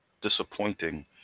disappointing